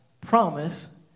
promise